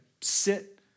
sit